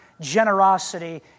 generosity